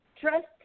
Trust